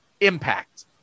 impact